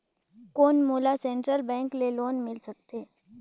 कौन मोला central bank ले लोन मिल सकथे?